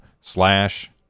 slash